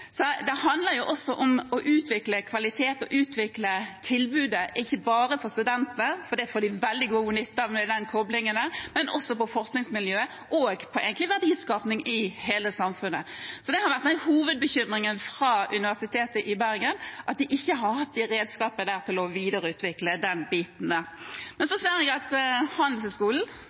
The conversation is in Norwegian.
Så det handler også om å utvikle kvalitet og utvikle tilbudet, ikke bare for studentene, for det får de veldig god nytte av med den koblingen, men også for forskningsmiljøet og egentlig for verdiskaping i hele samfunnet. Så hovedbekymringen fra Universitetet i Bergen har vært at de ikke har hatt redskapene til å videreutvikle den biten. Så ser jeg at